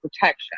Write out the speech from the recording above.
protection